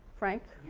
frank.